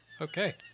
Okay